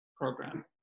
program